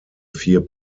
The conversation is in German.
vier